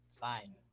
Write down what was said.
Fine